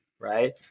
right